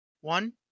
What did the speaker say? one